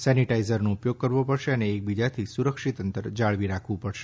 સેનેટાઇઝરનો ઉપયોગ કરવો પડશે અને એકબીજાથી સુરક્ષિત અંતર જાળવી રાખવું પડશે